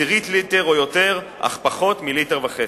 0.1 ליטר או יותר, אך פחות מ-1.5 ליטר.